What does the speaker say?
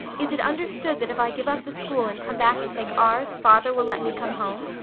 is it understood that if i give up the school and come back and take ours, father will let me come home?